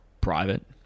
private